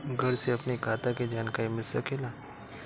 घर से अपनी खाता के जानकारी मिल सकेला?